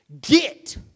get